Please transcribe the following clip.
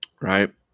Right